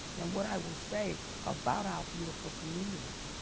and what i will say about our beautiful community,